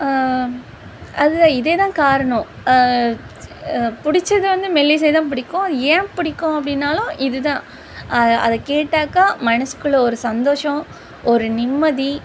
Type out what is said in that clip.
அதுதான் இதேதான் காரணம் பிடிச்சது வந்து மெல்லிசைதான் பிடிக்கும் ஏன் பிடிக்கும் அப்படின்னாலும் இதுதான் அதை அதை கேட்டாக்கா மனசுக்குள்ள ஒரு சந்தோஷம் ஒரு நிம்மதி